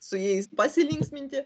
su jais pasilinksminti